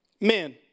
Men